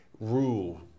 rule